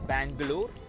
Bangalore